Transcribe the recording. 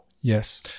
Yes